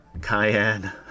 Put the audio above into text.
Cayenne